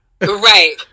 Right